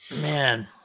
Man